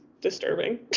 disturbing